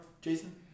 Jason